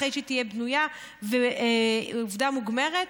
אחרי שהיה תהיה בנויה ועובדה מוגמרת?